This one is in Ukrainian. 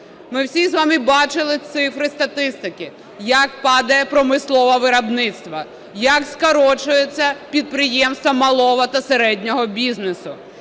Ми всі з вами бачили цифри статистики як падає промислове виробництво, як скорочується підприємство малого та середнього бізнесу.